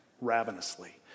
ravenously